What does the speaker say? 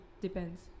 depends